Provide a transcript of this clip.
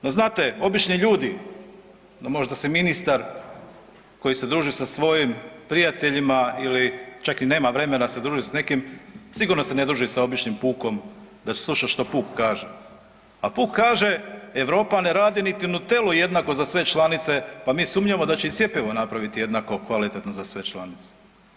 No znate, obični ljudi, no možda se ministar koji se druži sa svojim prijateljima ili čak i nema vremena se družiti s nikim, sigurno se ne druži sa običnim pukom da sluša što puk kaže, a puk kaže Europa ne radi niti Nutellu jednako za sve članice, pa mi sumnjamo da će i cjepivo napraviti jednako kvalitetno za sve članice.